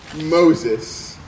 Moses